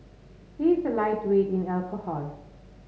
he is a lightweight in alcohol